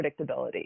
predictability